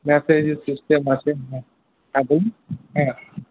ম্যাসাজের system আছে হ্যাঁ বলুন হ্যাঁ